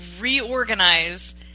reorganize